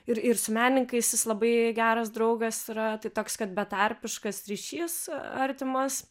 ir ir su menininkais jis labai geras draugas yra tai toks kad betarpiškas ryšys artimas